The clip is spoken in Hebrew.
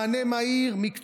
מענה מהיר, מקצועי,